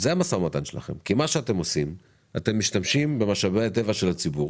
כי אתם משתמשים במשאבי הטבע של הציבור.